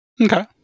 Okay